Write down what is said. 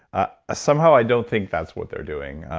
ah ah somehow i don't think that's what they're doing.